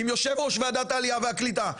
עם יושב ראש וועדת העלייה והקליטה,